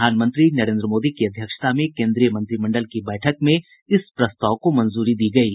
प्रधानमंत्री नरेन्द्र मोदी की अध्यक्षता में केन्द्रीय मंत्रिमंडल की बैठक में इस प्रस्ताव को मंजूरी दी गयी